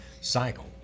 cycle